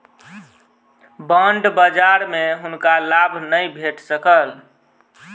bond बजार में हुनका लाभ नै भेट सकल